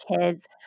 kids